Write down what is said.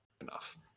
enough